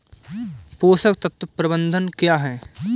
पोषक तत्व प्रबंधन क्या है?